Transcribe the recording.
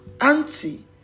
auntie